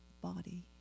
body